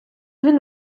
він